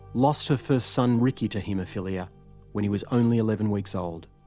lost her first son ricky to haemophilia when he was only eleven weeks old.